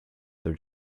their